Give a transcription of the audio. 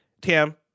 Tam